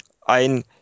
ein